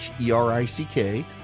E-R-I-C-K